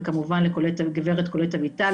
ובמיוחד לחברת הכנסת קולט אביטל,